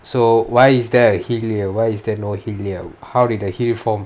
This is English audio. so why is there a hill here why is there no hill here how did a hill form